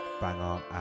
Banger